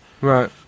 Right